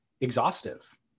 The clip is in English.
exhaustive